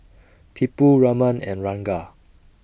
Tipu Raman and Ranga